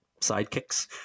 sidekicks